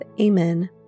Amen